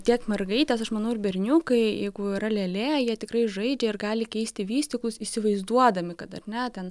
tiek mergaitės aš manau ir berniukai jeigu yra lėlė jie tikrai žaidžia ir gali keisti vystyklus įsivaizduodami kad ar ne ten